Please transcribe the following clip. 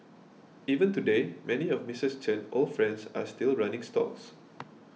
even today many of Missus Chen old friends are still running stalls